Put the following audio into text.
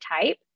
type